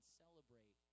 celebrate